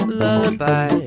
lullaby